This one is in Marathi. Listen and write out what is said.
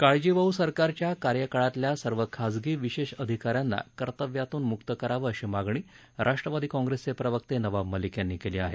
काळजीवाह सरकारच्या कार्यकाळातल्या सर्व खाजगी विशेष अधिकाऱ्यांना कर्तव्यातून मुक्त करावं अशी मागणी राष्ट्रवादी काँग्रेसचे प्रवक्ते नवाब मलिक यांनी केली आहे